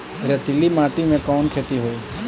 रेतीली माटी में कवन खेती होई?